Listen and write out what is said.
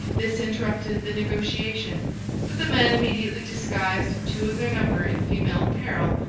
this interrupted the negotiation but the men immediately disguised two of their number in female apparel,